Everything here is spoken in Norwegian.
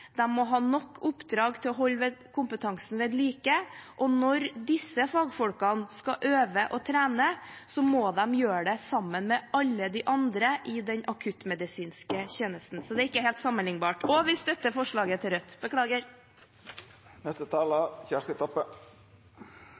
må ha nok oppdrag til å holde kompetansen ved like, og når disse fagfolkene skal øve og trene, må de gjøre det sammen med alle de andre i den akuttmedisinske tjenesten – så det er ikke helt sammenlignbart. Vi støtter forslaget fra Rødt.